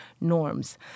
norms